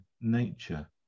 nature